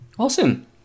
Awesome